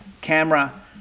camera